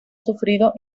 sufrido